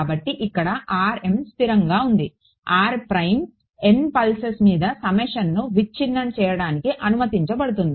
కాబట్టి ఇక్కడ స్థిరంగా ఉంది N పల్సెస్ మీద సమ్మేషన్ను విచ్ఛిన్నం చేయడానికి అనుమతించబడుతుంది